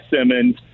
Simmons